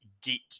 geek